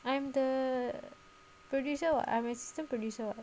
I am the producer [what] I'm assistant producer